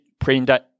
printed